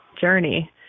journey